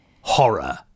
horror